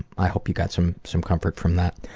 i hope you got some some comfort from that.